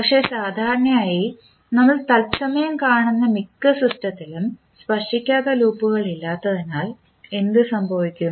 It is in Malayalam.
പക്ഷേ സാധാരണയായി നമ്മൾ തത്സമയം കാണുന്ന മിക്ക സിസ്റ്റത്തിലും സ്പർശിക്കാത്ത ലൂപ്പുകൾ ഇല്ലാത്തതിനാൽ എന്ത് സംഭവിക്കും